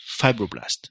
fibroblast